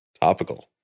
Topical